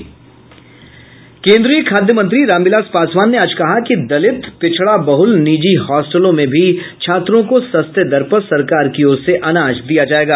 केन्द्रीय खाद्य मंत्री रामविलास पासवान ने आज कहा कि दलित पिछड़ा बहुल निजी हॉस्टलों में भी छात्रों को सस्ते दर पर सरकार की ओर से अनाज दिया जायेगा